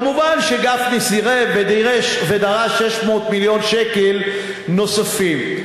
מובן שגפני סירב ודרש 600 מיליון שקל נוספים.